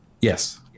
Yes